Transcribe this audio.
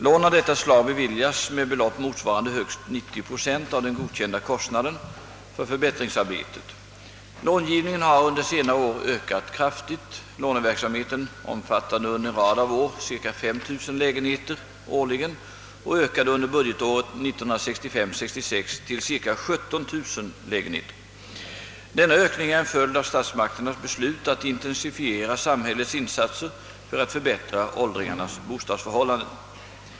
Lån av detta slag beviljas med belopp motsvarande högst 90 procent av den godkända kostnaden för förbättringsarbetet. Långivningen har under senare år ökat kraftigt. Låneverksamheten omfattade under en rad av år cirka 5 000 lägenheter årligen och ökade under budgetåret 1965/66 till cirka 17 000 lägenheter. Denna ökning är en följd av statsmakternas beslut att intensifiera samhällets insatser för att förbättra åldringarnas bostadsförhållanden.